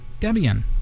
Debian